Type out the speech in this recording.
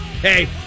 Hey